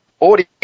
audio